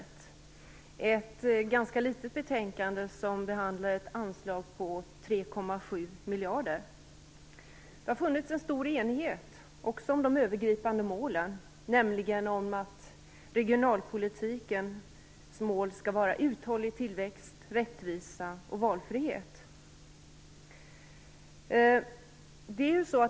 Det är ett ganska litet betänkande, där vi behandlar ett anslag på 3,7 Det har också funnits en stor enighet om de övergripande målen, nämligen om att regionalpolitikens mål skall vara uthållig tillväxt, rättvisa och valfrihet.